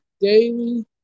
daily